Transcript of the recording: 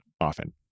often